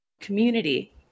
community